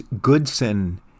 Goodson